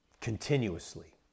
Continuously